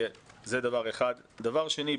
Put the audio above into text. דבר שני,